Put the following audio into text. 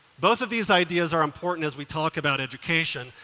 both of these ideas are important as we talk about education,